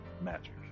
magic